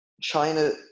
China